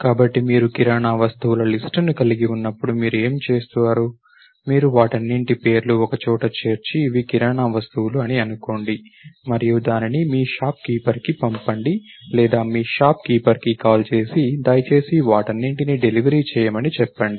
కాబట్టి మీరు కిరాణా వస్తువుల లిస్ట్ ని కలిగి ఉన్నప్పుడు మీరు ఏమి చేస్తారు మీరు వాటన్నింటి పేర్లు ఒకచోట చేర్చి ఇవి కిరాణా వస్తువులు అని అనుకోండి మరియు దానిని మీ షాప్ కీపర్కి పంపండి లేదా మీ షాప్ కీపర్కి కాల్ చేసి దయచేసి వాటన్నింటిని డెలివరీ చేయమని చెప్పండి